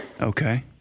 okay